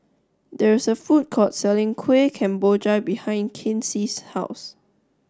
there is a food court selling Kueh Kemboja behind Kinsey's house